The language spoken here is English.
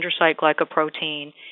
glycoprotein